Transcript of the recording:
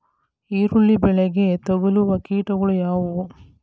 ಈರುಳ್ಳಿ ಬೆಳೆಗೆ ತಗಲುವ ಕೀಟಗಳು ಯಾವುವು?